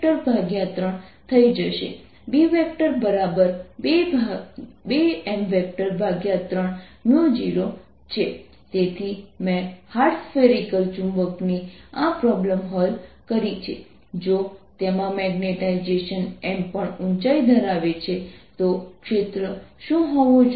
M H M3 B0M M32M30 Bapplied2M300 ⇒ M 32 Bapplied0 તેથી મેં hard spherical ચુંબક ની આ પ્રોબ્લેમ હલ કરી છે જો તેમાં મેગ્નેટાઇઝેશન M પણ ઊંચાઈ ધરાવે છે તો ક્ષેત્ર શું હોવું જોઈએ